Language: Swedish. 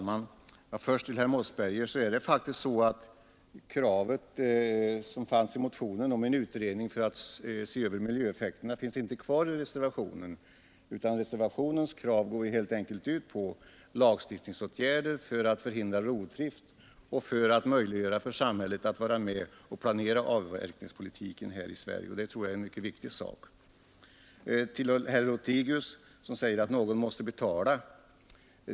Herr talman! Till herr Mossberger vill jag säga att det faktiskt är så att kravet i motionen om en utredning för att se över miljöeffekterna inte finns kvar i reservationen; reservationens krav r helt enkelt ut på lagstiftningsåtgärder för att hindra rovdrift och m jliggöra för samhället att vara med och planera avverkningspolitiken här i Sverige, och det tror jag är en mycket viktig sak. Herr Lothigius säger att någon måste betala.